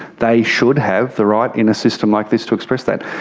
they should have the right in a system like this to express that.